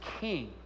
king